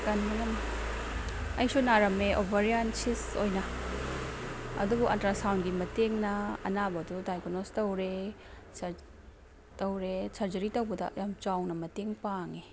ꯀꯟꯕ ꯉꯝꯃꯤ ꯑꯩꯁꯨ ꯅꯥꯔꯝꯃꯦ ꯑꯣꯕꯔꯤꯌꯥꯟ ꯁꯤꯁ ꯑꯣꯏꯅ ꯑꯗꯨꯕꯨ ꯑꯜꯇ꯭ꯔꯥꯁꯥꯎꯟꯒꯤ ꯃꯇꯦꯡꯅ ꯑꯅꯥꯕꯗꯨ ꯗꯥꯏꯒꯅꯣꯁ ꯇꯧꯔꯦ ꯁꯖꯔꯤ ꯇꯧꯕꯗ ꯌꯥꯝ ꯆꯥꯎꯅ ꯃꯇꯦꯡ ꯄꯥꯡꯉꯦ